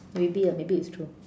maybe ah maybe it's true